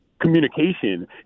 communication